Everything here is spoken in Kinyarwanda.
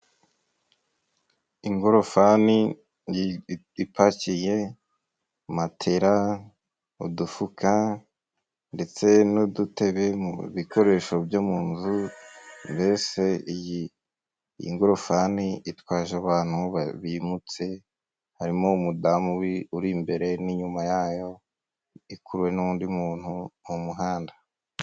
Ingorofani ipakiye matera, udufuka, ndetse n'udutebe, mu bikoresho byo munzu, mbese iyi ngofani itwaje abantu bimutse, harimo umudamu uri imbere n'inyuma yayo, ikuruwe n'undi muntu mu muhanda.